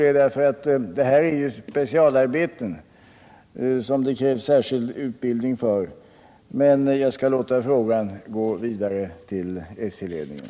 Det här är ju specialarbeten som det krävs särskild utbildning för, men jag skall låta frågan gå vidare till SJ-ledningen.